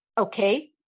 Okay